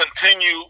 continue